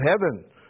heaven